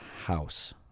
house